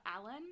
Alan